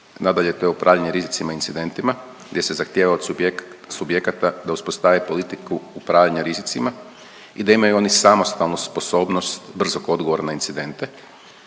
Nadalje, to je upravljanje rizicima i incidentima gdje se zahtijeva od subjekata da uspostave politiku upravljanja rizicima i da imaju oni samostalno sposobnost brzog odgovora na incidente.